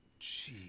Jeez